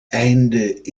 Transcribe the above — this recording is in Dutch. einde